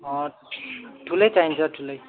ठुलै चाहिन्छ ठुलै